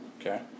Okay